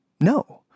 No